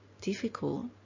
difficult